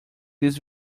this